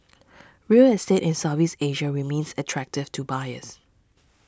real estate in Southeast Asia remains attractive to buyers